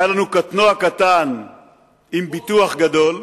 היה לנו קטנוע קטן עם ביטוח גדול.